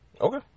Okay